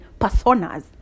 personas